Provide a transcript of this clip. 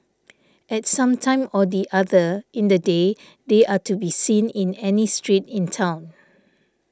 at some time or the other in the day they are to be seen in any street in town